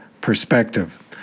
perspective